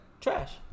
Trash